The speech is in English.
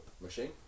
machine